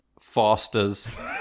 Fosters